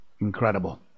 Incredible